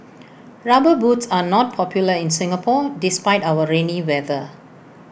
rubber boots are not popular in Singapore despite our rainy weather